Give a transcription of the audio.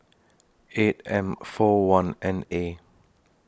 eight M four one N A